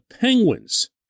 Penguins